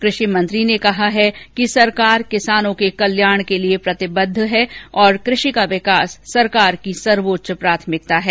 कृषि मंत्री ने कहा है कि सरकार किसानों के कल्याण के लिए प्रतिबद्ध है और कृषि का विकास सरकार की सर्वोच्च प्राथिमकता है